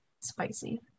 spicy